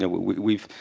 we've,